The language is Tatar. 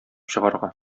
чыгарга